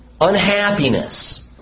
unhappiness